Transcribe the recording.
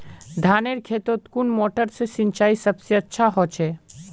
धानेर खेतोत कुन मोटर से सिंचाई सबसे अच्छा होचए?